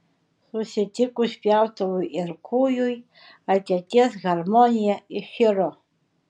susitikus pjautuvui ir kūjui ateities harmonija iširo